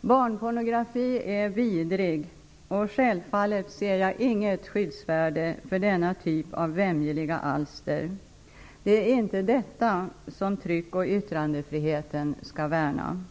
Barnpornografi är vidrig och självfallet ser jag inget skyddsvärde för denna typ av vämjeliga alster. Det är inte detta som tryck och yttrandefriheten skall värna.